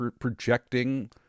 projecting